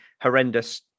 horrendous